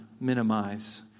minimize